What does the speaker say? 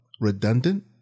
redundant